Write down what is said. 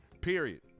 Period